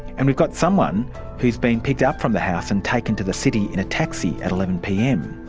and we've got someone who's been picked up from the house and taken to the city in a taxi at eleven pm.